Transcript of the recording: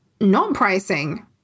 non-pricing